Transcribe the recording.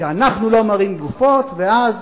שאנחנו לא מראים גופות ואז